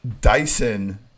Dyson